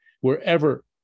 Wherever